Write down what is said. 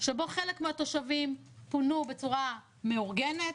שבו חלק מהתושבים פונו בצורה מאורגנת,